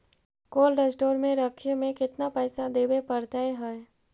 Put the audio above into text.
Cold store में रखे में केतना पैसा देवे पड़तै है?